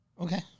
Okay